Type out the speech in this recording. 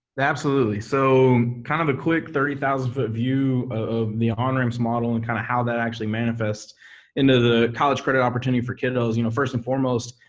absolutely, so kind of a quick, thirty thousand foot view of the onramps model and kind of how that actually manifests into the college credit opportunity for kiddos, you know first and foremost,